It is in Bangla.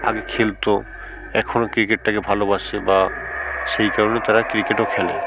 আগে খেলত এখনও ক্রিকেটটাকে ভালোবাসে বা সেই কারণে তারা ক্রিকেটও খেলে